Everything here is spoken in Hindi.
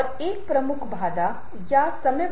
वास्तव में आपको क्या चाहिए वास्तव में आप क्या चाहते हैं